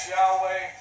Yahweh